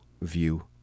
view